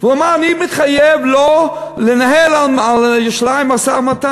והוא אמר: אני מתחייב לא לנהל על ירושלים משא-ומתן.